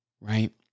right